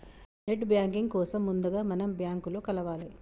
net banking కోసం ముందుగా మనం బ్యాంకులో కలవాలే